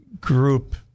group